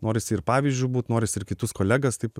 norisi ir pavyzdžiu būt norisi ir kitus kolegas taip